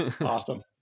Awesome